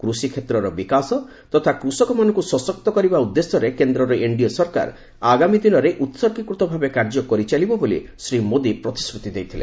କୃଷି କ୍ଷେତ୍ରର ବିକାଶ ତଥା କୃଷକମାନଙ୍କୁ ସଶକ୍ତ କରିବା ଉଦ୍ଦେଶ୍ୟରେ କେନ୍ଦ୍ରର ଏନ୍ଡିଏ ସରକାର ଆଗାମୀ ଦିନରେ ଉତ୍ତର୍ଗୀକୃତ ଭାବେ କାର୍ଯ୍ୟ କରିଚାଲିବ ବୋଲି ଶ୍ରୀ ମୋଦୀ ପ୍ରତିଶ୍ରତି ଦେଇଥିଲେ